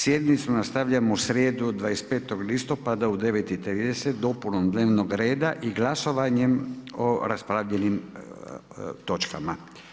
Sjednicu nastavljamo u srijedu 25. listopada u 9,30 dopunom dnevnog reda i glasovanjem o raspravljenim točkama.